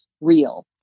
real